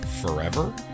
forever